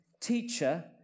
Teacher